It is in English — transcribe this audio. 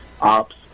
ops